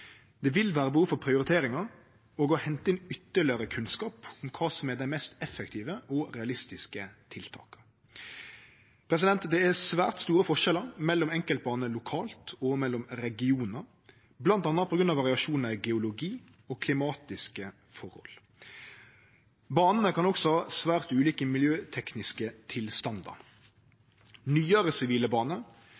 Det vil vere behov for prioriteringar og å hente inn ytterlegare kunnskap om kva som er dei mest effektive og realistiske tiltaka. Det er svært store forskjellar mellom enkeltbaner lokalt og mellom regionar, bl.a. på grunn av variasjonar i geologi og klimatiske forhold. Banene kan også ha svært ulike miljøtekniske tilstandar.